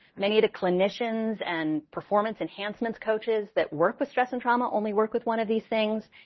many of the clinicians and performance enhancement coaches that work with stress and trauma only work with one of these things.